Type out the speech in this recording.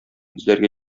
эзләргә